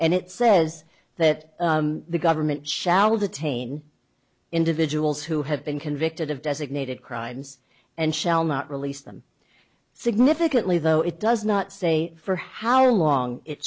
and it says that the government shall detain individuals who have been convicted of designated crimes and shall not release them significantly though it does not say for how long it